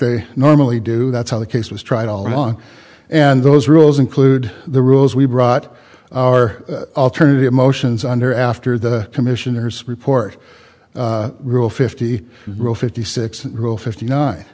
they normally do that's how the case was tried all along and those rules include the rules we brought our alternative motions under after the commissioner's report rule fifty rule fifty six rule fifty nine